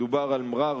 מדובר על מע'אר,